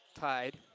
tied